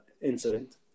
incident